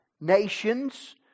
nations